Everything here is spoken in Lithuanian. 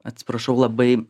atsiprašau labai